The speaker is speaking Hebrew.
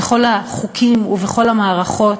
בכל החוקים ובכל המערכות,